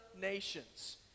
nations